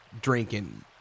drinking